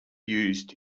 used